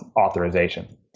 authorization